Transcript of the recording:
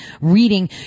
reading